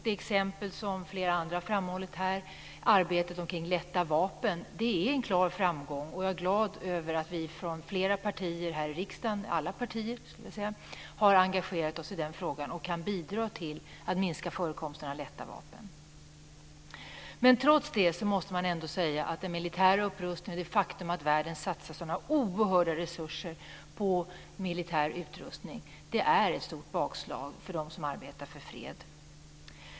Det exempel som flera framhållit här, arbetet kring lätta vapen, är en klar framgång. Jag är glad över att alla partier i riksdagen har engagerat sig i frågan och kan bidra till en minskning av förekomsten av lätta vapen. Trots det måste man säga att den militära upprustningen och det faktum att världen satsar så oerhörda resurser på militär utrustning är ett stort bakslag för dem som arbetar för fred.